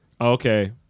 Okay